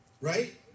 Right